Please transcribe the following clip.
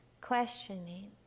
questioning